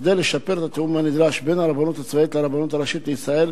וכדי לשפר את התיאום הנדרש בין הרבנות הצבאית לרבנות הראשית לישראל,